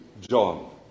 John